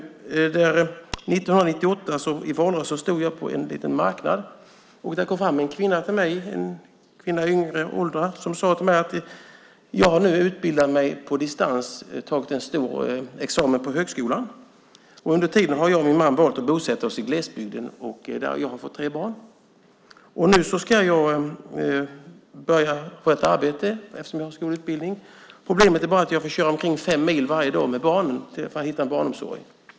1998 stod jag i valrörelsen på en liten marknad. Det kom fram en ung kvinna till mig och sade: Jag har nu utbildat mig på distans och tagit en stor examen på högskolan. Under tiden har jag och min man valt att bosätta oss i glesbygden, där jag har fått tre barn. Nu ska jag börja arbeta eftersom jag har en lång utbildning. Problemet är bara att jag får köra omkring fem mil varje dag med barnen för att få barnomsorg.